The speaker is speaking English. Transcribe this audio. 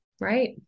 Right